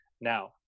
Now